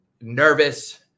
nervous